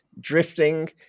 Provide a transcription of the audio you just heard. drifting